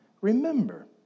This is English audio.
remember